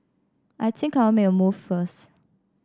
I think I'll make a move first